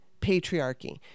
patriarchy